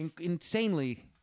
insanely